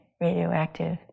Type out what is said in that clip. Radioactive